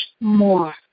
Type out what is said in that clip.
more